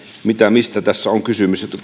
mistä tässä on kysymys